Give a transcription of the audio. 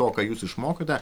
to ką jūs išmokote